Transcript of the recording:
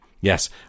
Yes